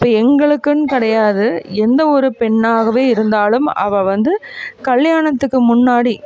இப்போ எங்களுக்குன்னு கிடையாது எந்த ஒரு பெண்ணாகவே இருந்தாலும் அவள் வந்து கல்யாணத்துக்கு முன்னாடி